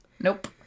Nope